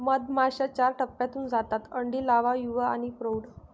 मधमाश्या चार टप्प्यांतून जातात अंडी, लावा, युवा आणि प्रौढ